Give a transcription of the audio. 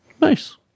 Nice